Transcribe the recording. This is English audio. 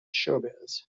showbiz